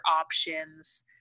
options